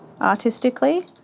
artistically